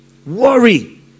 worry